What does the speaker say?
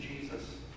Jesus